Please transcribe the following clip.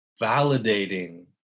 validating